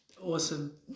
awesome